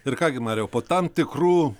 ir ką gi mariau po tam tikrų